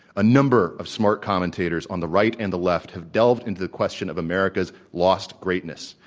a number of smart commentators on the right and the left have delved into the question of america's lost greatness,